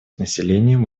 населением